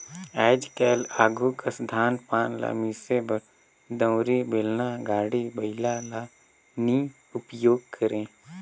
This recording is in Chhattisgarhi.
आएज काएल आघु कस धान पान ल मिसे बर दउंरी, बेलना, गाड़ी बइला ल नी उपियोग करे